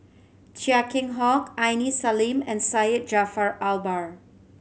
Chia Keng Hock Aini Salim and Syed Jaafar Albar